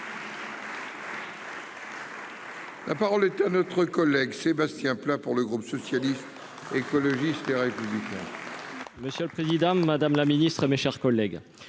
La parole est à notre collègue Sébastien Pla pour le groupe socialiste, écologiste et républicain.